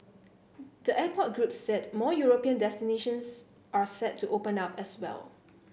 the airport group said more European destinations are set to open up as well